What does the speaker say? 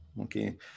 okay